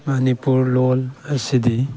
ꯃꯅꯤꯄꯨꯔ ꯂꯣꯜ ꯑꯁꯤꯗꯤ